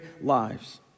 lives